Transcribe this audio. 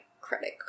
credit